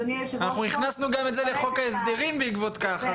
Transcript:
הכנסנו את זה לחוק ההסדרים בעקבות כך,